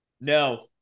No